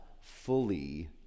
fully